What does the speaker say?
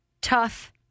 Tough